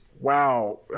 Wow